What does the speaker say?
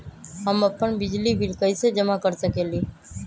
हम अपन बिजली बिल कैसे जमा कर सकेली?